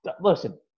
Listen